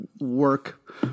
work